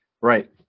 Right